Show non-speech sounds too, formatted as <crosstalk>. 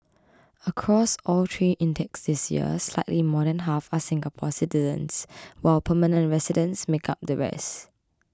across all three intakes this year slightly more than half are Singapore citizens <noise> while permanent residents make up the rest